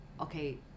okay